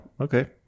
okay